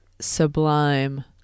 Sublime